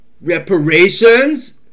reparations